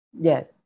Yes